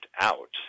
out